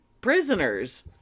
prisoners